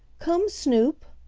come, snoop!